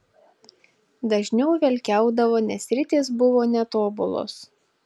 dažniau velkiaudavo nes ritės buvo netobulos